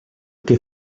que